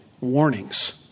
warnings